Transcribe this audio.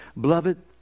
Beloved